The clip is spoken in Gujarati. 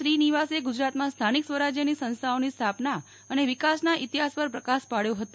શ્રીનિવાસે ગુજરાતમાં સ્થાનિક સ્વરાજયની સંસ્થાઓની સ્થાપના અને વિકાસના ઇતિહાસ પર પ્રકાશ પાડયો હતો